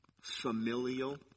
familial